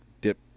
dip